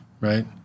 right